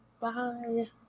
bye